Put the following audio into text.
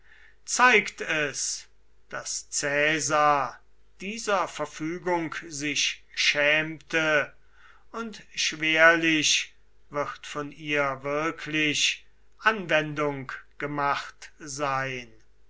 zeigt es daß caesar dieser verfügung sich schämte und schwerlich wird von ihr wirklich anwendung gemacht sein